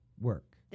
work